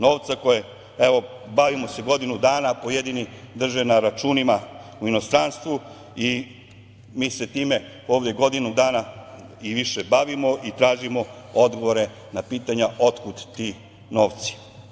Novca koji, evo bavimo se godinu dana, pojedini drže na računima u inostranstvu i mi se time ovde godinu dana i više bavimo i tražimo odgovore na pitanja otkud ti novci.